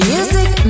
Music